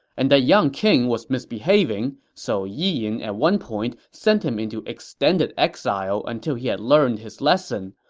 and the young king was misbehaving, so yi yin at one point sent him into extended exile until he had learned his lesson,